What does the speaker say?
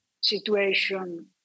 situation